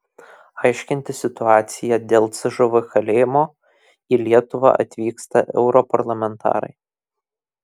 aiškintis situaciją dėl cžv kalėjimo į lietuvą atvyksta europarlamentarai